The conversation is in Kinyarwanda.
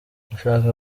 ushaka